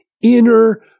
inner